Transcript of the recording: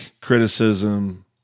criticism